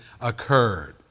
occurred